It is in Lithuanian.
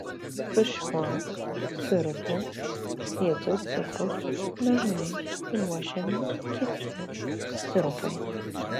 su šiuo sirupu vietoj cukraus dažnai ruošiami kiti sirupai